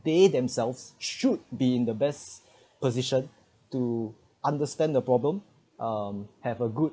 they themselves should be in the best position to understand the problem um have a good